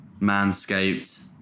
Manscaped